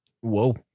Whoa